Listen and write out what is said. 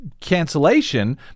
cancellation